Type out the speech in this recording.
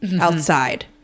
Outside